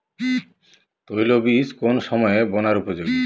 তৈলবীজ কোন সময়ে বোনার উপযোগী?